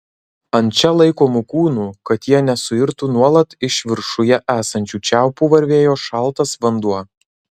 ant čia laikomų kūnų kad jie nesuirtų nuolat iš viršuje esančių čiaupų varvėjo šaltas vanduo